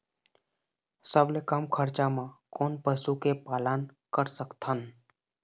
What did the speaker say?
सबले कम खरचा मा कोन पशु के पालन कर सकथन?